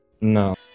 No